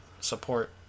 Support